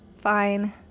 Fine